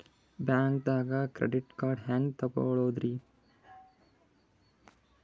ಬ್ಯಾಂಕ್ದಾಗ credit card ಹೆಂಗ್ ತಗೊಳದ್ರಿ?